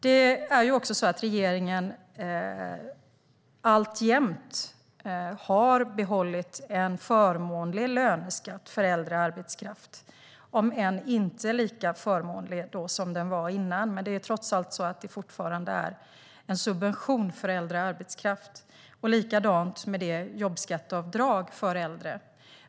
Det är också så att regeringen har behållit en förmånlig löneskatt för äldre arbetskraft, om än inte lika förmånlig som den var innan. Men det är trots allt så att det fortfarande är en subvention för äldre arbetskraft. Likadant är det med jobbskatteavdraget för äldre.